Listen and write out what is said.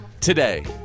today